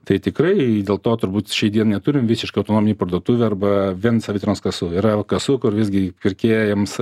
tai tikrai dėl to turbūt šiai dienai neturim visiškai autonominių parduotuvių arba vien savitarnos kasų yra kasų kur visgi pirkėjams